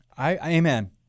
Amen